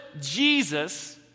Jesus